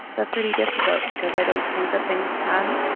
that's really difficult because i don't think that things can,